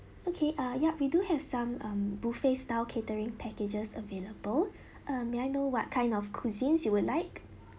okay uh yup we do have some um buffet style catering packages available uh may I know what kind of cuisines you would like